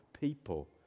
people